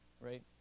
right